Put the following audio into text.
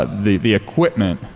ah the the equipment,